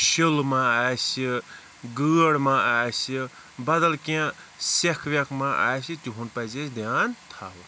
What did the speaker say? شِل ما آسہِ گٲڈ ما آسہِ بَدَل کینٛہہ سیٚکھ ویٚکھ ما آسہِ تِہُنٛد پَزِ اَسہِ دھیان تھاوُن